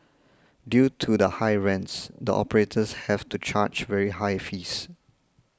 due to the high rents the operators have to charge very high fees